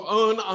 own